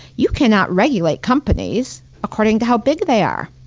you cannot regulate companies according to how big they are.